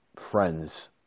friends